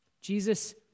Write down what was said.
Jesus